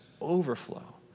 overflow